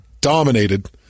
dominated